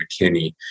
McKinney